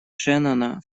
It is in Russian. шеннона